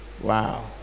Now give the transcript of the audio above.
Wow